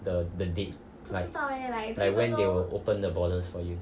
the the date like when they will open the borders for you